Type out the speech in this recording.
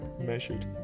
measured